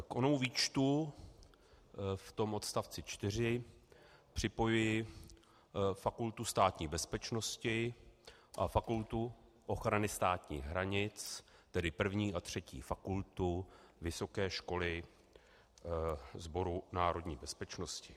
K onomu výčtu v odst. 4 připojuji Fakultu Státní bezpečnosti a Fakultu ochrany státních hranic, tedy 1. a 3. fakultu Vysoké školy Sboru národní bezpečnosti.